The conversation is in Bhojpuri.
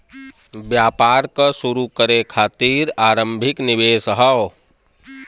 व्यापार क शुरू करे खातिर आरम्भिक निवेश हौ